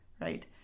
right